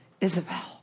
Isabel